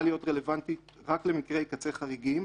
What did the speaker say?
להיות רלוונטית רק למקרי קצה חריגים,